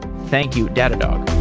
thank you, datadog